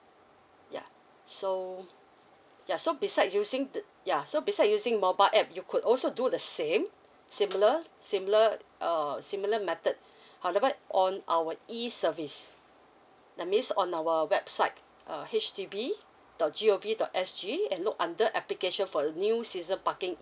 ya so ya so beside using tha~ ya so beside using mobile app you could also do the same similar similar uh similar method however on our E service that means on our website err H D B dot G O V dot S G and look under application for the new season parking